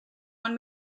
own